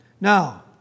Now